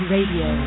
Radio